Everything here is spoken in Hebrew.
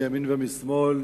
מימין ומשמאל,